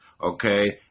Okay